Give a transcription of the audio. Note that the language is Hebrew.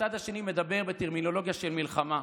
והצד השני מדבר בטרמינולוגיה של מלחמה.